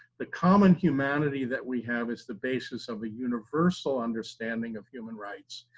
the common humanity that we have is the basis of a universal understanding of human rights,